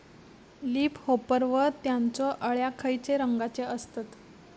Leaf होपर व त्यानचो अळ्या खैचे रंगाचे असतत?